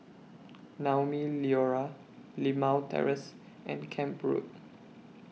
Naumi Liora Limau Terrace and Camp Road